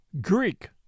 Greek